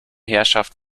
herrschaft